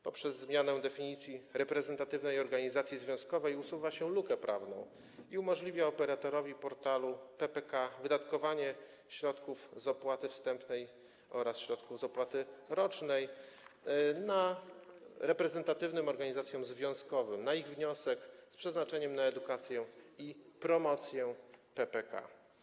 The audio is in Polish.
Poprzez zmianę definicji reprezentatywnej organizacji związkowej usuwa się lukę prawną i umożliwia operatorowi portalu PPK wydatkowanie środków z opłaty wstępnej oraz środków z opłaty rocznej reprezentatywnym organizacjom związkowym, na ich wniosek, z przeznaczeniem na edukację i promocję PPK.